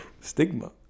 stigma